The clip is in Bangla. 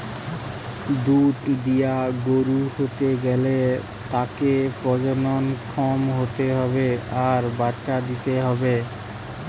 দুধ দিয়া গরু হতে গ্যালে তাকে প্রজনন ক্ষম হতে হবে আর বাচ্চা দিতে হবে